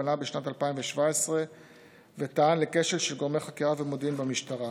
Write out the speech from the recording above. פנה בשנת 2017 וטען לכשל של גורמי חקירה ומודיעין במשטרה.